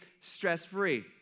stress-free